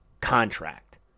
contract